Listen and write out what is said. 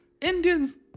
Indians